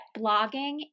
blogging